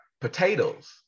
potatoes